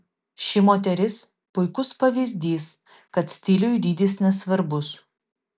ši moteris puikus pavyzdys kad stiliui dydis nesvarbus